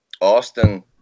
Austin